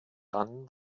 dann